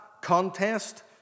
contest